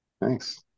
Thanks